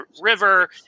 river